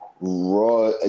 Raw